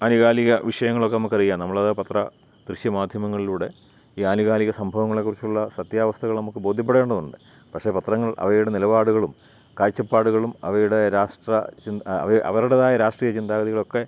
ആനുകാലിക വിഷയങ്ങളൊക്കെ നമുക്കറിയാം നമ്മളത് പത്ര ദൃശ്യ മാധ്യമങ്ങളിലൂടെ ഈ ആനുകാലിക സംഭവങ്ങളെക്കുറിച്ചുള്ള സത്യാവസ്ഥകൾ നമുക്ക് ബോധ്യപ്പെടേണ്ടതുണ്ട് പക്ഷേ പത്രങ്ങൾ അവയുടെ നിലപാടുകളും കാഴ്ചപ്പാടുകളും അവയുടെ രാഷ്ട്രചിന്ത അവരുടേതായ രാഷ്ട്രീയചിന്താഗതികളൊക്കെ